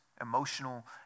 emotional